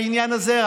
רק בעניין הזה.